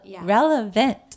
relevant